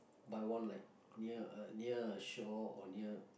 buy one like near near a shore or near